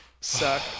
suck